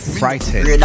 frightened